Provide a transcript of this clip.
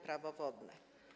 Prawo wodne.